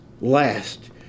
last